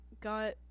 got